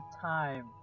time